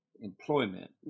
employment